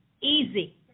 Easy